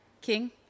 King